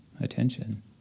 attention